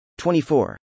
24